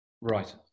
Right